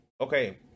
Okay